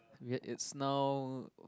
ya it's no